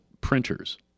printers